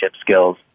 skills